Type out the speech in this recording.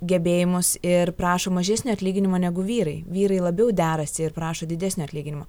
gebėjimus ir prašo mažesnio atlyginimo negu vyrai vyrai labiau derasi ir prašo didesnio atlyginimo